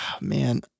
Man